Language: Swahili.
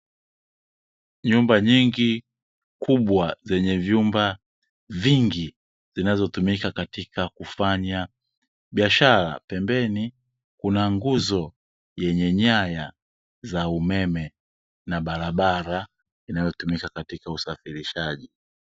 Nyumba nyingi kubwa zenye vyumba vingi, zinazotumika katika kufanya biashara, pembeni kuna nguzo yenye nyaya za umeme, na barabara inayotumika katika usafirishaji.